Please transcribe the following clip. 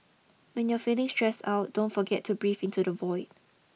when you are feeling stressed out don't forget to breathe into the void